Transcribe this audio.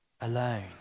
alone